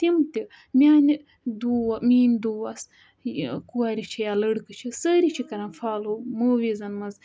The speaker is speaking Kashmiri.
تِم تہِ میٛانہِ دو میٛٲنۍ دوس کورِ چھِ یا لٔڑکہٕ چھِ سٲری چھِ کَران فالوٗ موٗویٖزَن منٛز